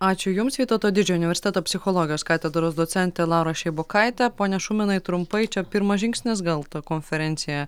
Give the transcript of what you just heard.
ačiū jums vytauto didžiojo universiteto psichologijos katedros docentė laura šeibokaitė pone šuminai trumpai čia pirmas žingsnis gal ta konferencija